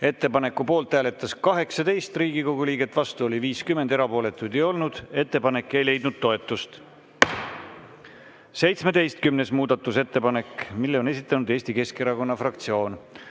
Ettepaneku poolt hääletas 18 Riigikogu liiget, vastu oli 50, erapooletuid ei olnud. Ettepanek ei leidnud toetust.17. muudatusettepanek. Selle on esitanud Eesti Keskerakonna fraktsioon.